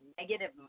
negative